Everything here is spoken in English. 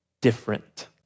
Different